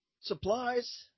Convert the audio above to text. supplies